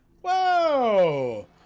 Whoa